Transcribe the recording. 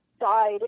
died